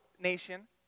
nation